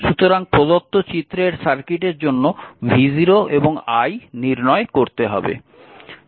সুতরাং প্রদত্ত চিত্রের সার্কিটের জন্য v0 এবং i নির্ণয় করতে হবে